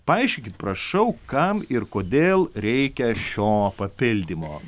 paaiškinkit prašau kam ir kodėl reikia šio papildymo